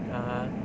(uh huh)